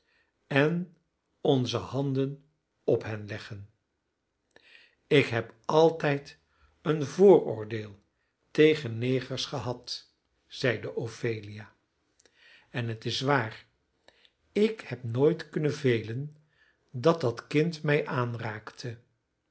en onze handen op hen leggen ik heb altijd een vooroordeel tegen negers gehad zeide ophelia en het is waar ik heb nooit kunnen velen dat dat kind mij aanraakte